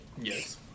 Yes